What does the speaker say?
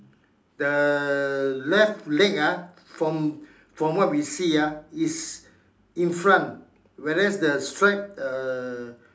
the left leg ah from from what we see ah is in front whereas the strap uh